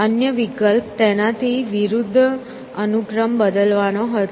અન્ય વિકલ્પ તેનાથી વિરુદ્ધ અનુક્રમ બદલવાનો હતો